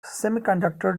semiconductor